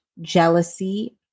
jealousy